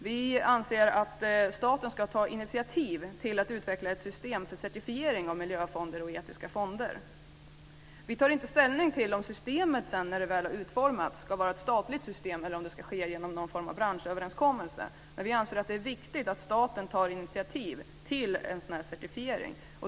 Vi anser att staten ska ta initiativ till att utveckla ett system för certifiering av miljöfonder och etiska fonder. Vi tar inte ställning till om systemet när det väl har utformats ska vara ett statligt system eller om det ska ske genom någon form av branschöverenskommelse, men vi anser att det är viktigt att staten tar initiativ till en sådan här certifiering.